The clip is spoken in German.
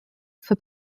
für